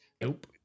Nope